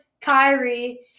Kyrie